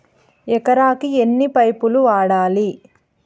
ఎకరాకి ఎన్ని పైపులు వాడాలి?